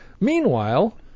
Meanwhile